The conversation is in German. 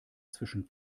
zwischen